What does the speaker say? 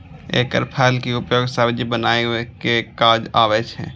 एकर फल के उपयोग सब्जी बनबै के काज आबै छै